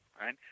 Right